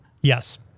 Yes